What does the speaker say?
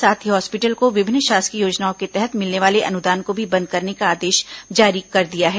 साथ ही हॉस्पिटल को विभिन्न शासकीय योजनाओं के तहत मिलने वाले अनुदान को भी बंद करने का आदेश जारी किया गया है